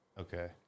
Okay